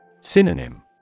Synonym